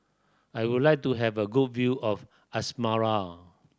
I would like to have a good view of Asmara